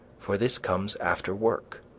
for this comes after work.